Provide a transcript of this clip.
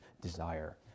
desire